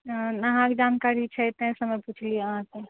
हँ अहाँके जानकारी छै ताहि सऽ हम पुछलिए अहाँके